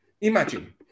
Imagine